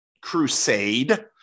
crusade